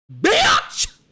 Bitch